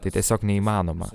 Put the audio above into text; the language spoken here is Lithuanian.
tai tiesiog neįmanoma